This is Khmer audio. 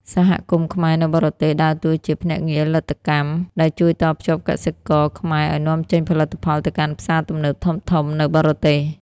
សហគមន៍ខ្មែរនៅបរទេស ដើរតួជា "ភ្នាក់ងារលទ្ធកម្ម" ដែលជួយតភ្ជាប់កសិករខ្មែរឱ្យនាំចេញផលិតផលទៅកាន់ផ្សារទំនើបធំៗនៅបរទេស។